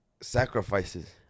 sacrifices